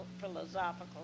philosophical